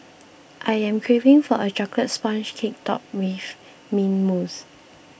I am craving for a Chocolate Sponge Cake Topped with Mint Mousse